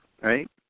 right